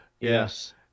Yes